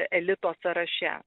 elito sąraše